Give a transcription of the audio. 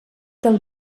del